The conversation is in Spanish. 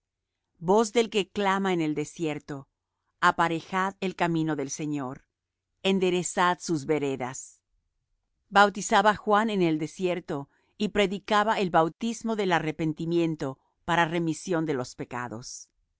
voz del que clama en el desierto aparejad el camino del señor enderezad sus veredas bautizaba juan en el desierto y predicaba el bautismo del arrepentimiento para remisión de pecados